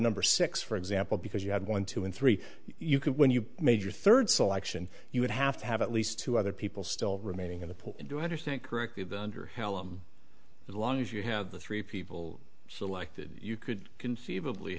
number six for example because you had one two and three you could when you made your third selection you would have to have at least two other people still remaining in the pool and to understand correctly the under hello long as you have the three people selected you could conceivably